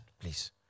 please